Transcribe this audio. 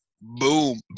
Boom